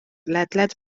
ledled